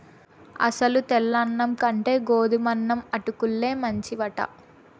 అసలు తెల్ల అన్నం కంటే గోధుమన్నం అటుకుల్లే మంచివట